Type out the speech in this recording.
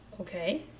Okay